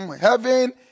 Heaven